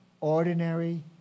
ordinary